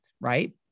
right